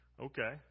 okay